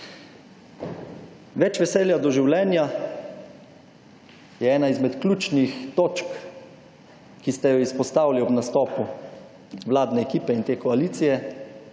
Več veselja do življenja je ena izmed ključnih točk, ki ste jo izpostavili ob nastopu vladne ekipe in te koalicije.